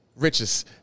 Riches